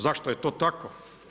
Zašto je to tako?